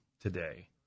today